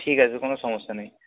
ঠিক আছে কোনো সমস্যা নেই